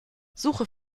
suche